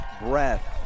breath